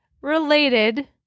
related